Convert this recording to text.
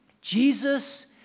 Jesus